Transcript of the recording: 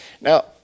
Now